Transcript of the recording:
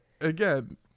again